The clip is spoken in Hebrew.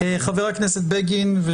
חבר הכנסת בגין.